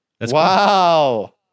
Wow